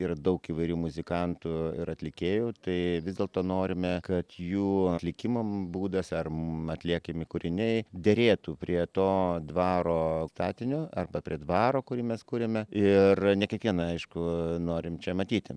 yra daug įvairių muzikantų ir atlikėjų tai vis dėlto norime kad jų atlikimo būdas ar atliekami kūriniai derėtų prie to dvaro statinio arba prie dvaro kurį mes kuriame ir ne kiekvieną aišku norim čia matyti